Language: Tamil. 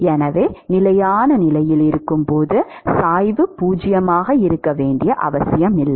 எனவே நிலையான நிலையில் இருக்கும் போது சாய்வு 0 ஆக இருக்க வேண்டிய அவசியமில்லை